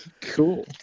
Cool